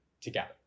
together